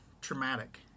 traumatic